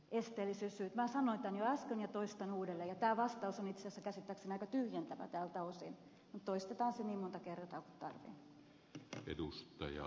minä sanoin tämän jo äsken ja toistan uudelleen ja tämä vastaus on itse asiassa käsittääkseni aika tyhjentävä tältä osin mutta toistetaan se niin monta kertaa kuin tarvitsee